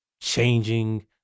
changing